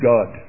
God